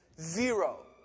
zero